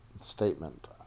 statement